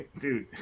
dude